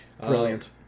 Brilliant